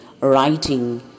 writing